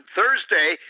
Thursday